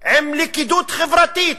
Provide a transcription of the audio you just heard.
עם לכידות חברתית,